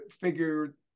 figure